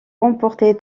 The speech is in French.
remporté